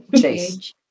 Chase